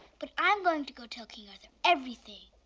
but i'm going to go tell king arthur everything,